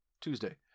Tuesday